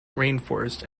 rainforest